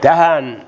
tähän